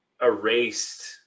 erased